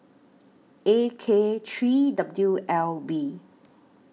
A K three W L B